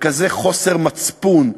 בכזה חוסר מצפון,